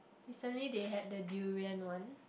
recently they had the durian one